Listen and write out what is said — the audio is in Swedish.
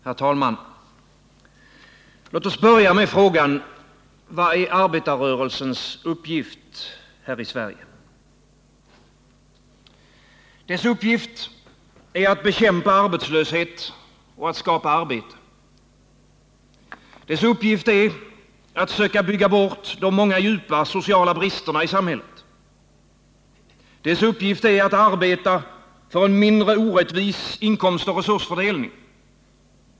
Herr talman! Låt oss börja med frågan: Vad är arbetarrörelsens uppgift i Sverige? 57 Dess uppgift är att bekämpa arbetslöshet och att skapa arbete. Dess uppgift är att söka bygga bort de många, djupa sociala bristerna i samhället. Dess uppgift är att arbeta för en mindre orättvis inkomstoch resursfördelning.